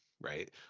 right